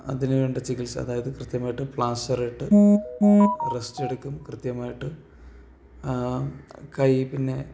അതിന് വേണ്ട ചികിത്സ അതായത് കൃത്യമായിട്ടും പ്ലാസ്റ്ററിട്ട് റസ്റ്റ് എടുക്കും കൃത്യമായിട്ട് കൈ പിന്നെ